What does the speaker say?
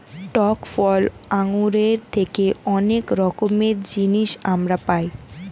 টক ফল আঙ্গুরের থেকে অনেক রকমের জিনিস আমরা পাই